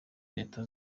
leta